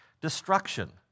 Destruction